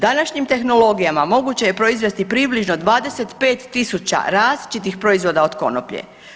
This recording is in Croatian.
Današnjim tehnologijama moguće je proizvesti približno 25000 različitih proizvoda od konoplje.